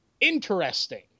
Interesting